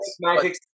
Magic